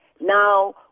now